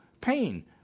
pain